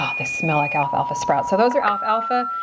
ah they smell like alfalfa sprouts. so those are alfalfa.